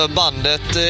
bandet